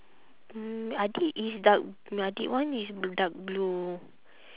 mm adik is dark adik one is dark blue